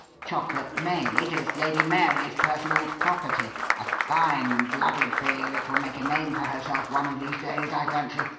chocolate maid is lady mary's personal property a fine, blooded filly that will make a name for herself one of these days, i fancy.